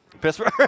Pittsburgh